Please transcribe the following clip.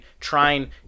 trying